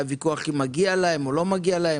היה ויכוח אם מגיע להם או לא מגיע להם?